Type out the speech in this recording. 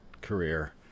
career